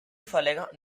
verlängerten